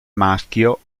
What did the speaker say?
maschio